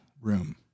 room